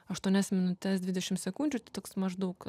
aštuonias minutes dvidešim sekundžių tai toks maždaug